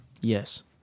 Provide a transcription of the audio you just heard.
Yes